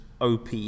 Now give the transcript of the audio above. OP